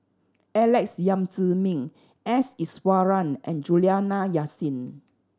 Alex Yam Ziming S Iswaran and Juliana Yasin